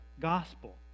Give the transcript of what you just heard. gospel